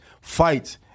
fights